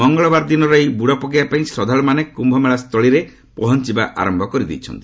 ମଙ୍ଗଳବାରଦିନର ଏହି ବୁଡ ପକାଇବା ପାଇଁ ଶ୍ରଦ୍ଧାଳୁମାନେ କ୍ୟୁମେଳା ସ୍ଥଳୀରେ ପହଞ୍ଚବା ଆରମ୍ଭ କରିଦେଇଛନ୍ତି